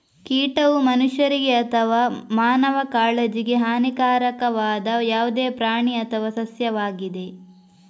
ಕೀಟವು ಮನುಷ್ಯರಿಗೆ ಅಥವಾ ಮಾನವ ಕಾಳಜಿಗೆ ಹಾನಿಕಾರಕವಾದ ಯಾವುದೇ ಪ್ರಾಣಿ ಅಥವಾ ಸಸ್ಯವಾಗಿದೆ